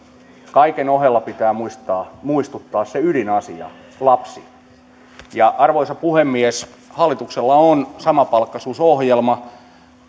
kaiken ohella pitää muistuttaa siitä ydinasiasta lapsesta arvoisa puhemies hallituksella on samapalkkaisuusohjelma